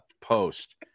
post